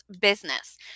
business